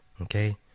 Okay